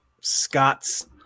Scott's